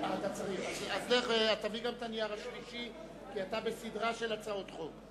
אתה בסדרה של הצעות חוק.